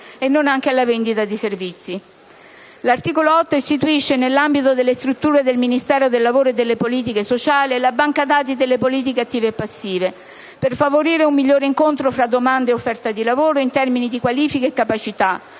e non anche alla vendita di servizi. L'articolo 8 istituisce, nell'ambito delle strutture del Ministero del lavoro e delle politiche sociali, la Banca dati delle politiche attive e passive, per favorire un migliore incontro tra domanda e offerta dì lavoro in termini di qualifiche e capacità,